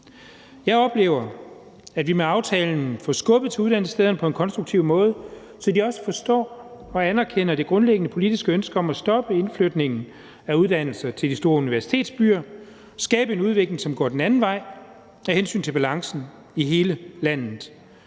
Jeg oplever, at vi med aftalen får skubbet til uddannelsesstederne på en konstruktiv måde, så de også forstår og anerkender det grundlæggende politiske ønske om at stoppe indflytningen af uddannelser til de store universitetsbyer og skabe en udvikling, som går den anden vej, af hensyn til balancen i hele landet